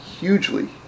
hugely